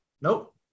nope